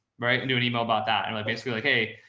right. and do an email about that. and like basically like, hey,